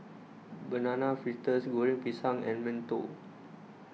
Banana Fritters Goreng Pisang and Mantou